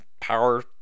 power